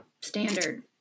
standard